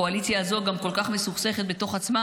הקואליציה הזו גם כל כך מסוכסכת בתוך עצמה